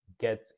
get